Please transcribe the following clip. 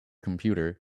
computer